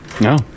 No